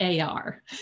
AR